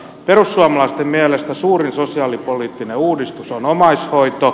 perussuomalaisten mielestä suurin sosiaalipoliittinen uudistus on omaishoito